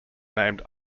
named